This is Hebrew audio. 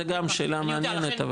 זה גם שאלה מעניינת,